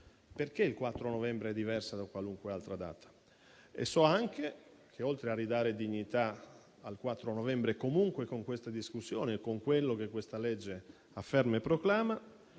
perché il 4 novembre è diverso da qualunque altra data. So anche che, oltre a ridare dignità al 4 novembre, comunque, con questa discussione, con quello che questa legge afferma e proclama,